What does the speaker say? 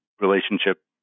relationship